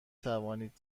توانید